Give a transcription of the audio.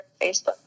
Facebook